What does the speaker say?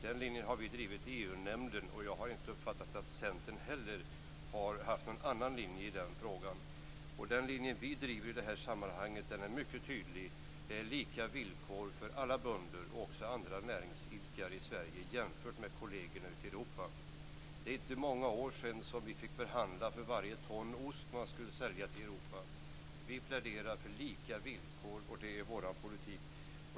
Den linjen har vi drivit i EU-nämnden, och jag har inte uppfattat att Centern heller har haft någon annan linje i den frågan. Den linje vi driver i det här sammanhanget är mycket tydlig. Det är lika villkor för alla bönder och också andra näringsidkare i Sverige jämfört med kollegerna ute i Europa. Det är inte många år sedan som vi fick förhandla för varje ton ost man skulle sälja till Europa. Vi pläderar för lika villkor, och det är vår politik.